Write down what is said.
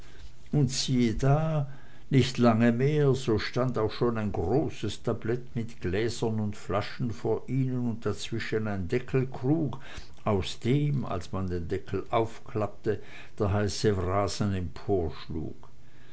und siehe da nicht lange mehr so stand auch schon ein großes tablett mit gläsern und flaschen vor ihnen und dazwischen ein deckelkrug aus dem als man den deckel aufklappte der heiße wrasen